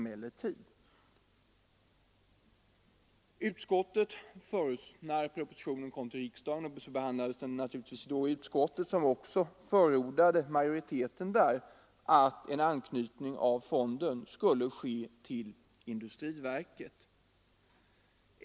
Näringsutskottets majoritet förordade en anknytning av fonden till industriverket.